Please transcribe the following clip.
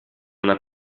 una